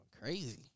crazy